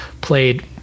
played